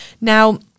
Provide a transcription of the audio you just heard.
Now